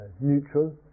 neutral